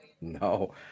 No